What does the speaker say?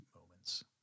moments